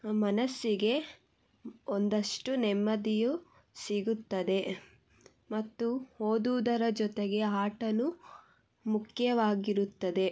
ಮನಸ್ಸಿಗೆ ಒಂದಷ್ಟು ನೆಮ್ಮದಿಯೂ ಸಿಗುತ್ತದೆ ಮತ್ತು ಓದೋದರ ಜೊತೆಗೆ ಆಟನು ಮುಖ್ಯವಾಗಿರುತ್ತದೆ